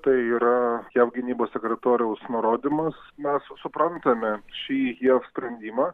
tai yra jav gynybos sekretoriaus nurodymas mes suprantame šį jav sprendimą